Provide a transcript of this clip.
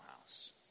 House